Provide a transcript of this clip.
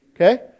Okay